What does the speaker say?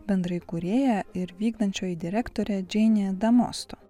bendraįkūrėja ir vykdančioji direktorė džeinė da mostu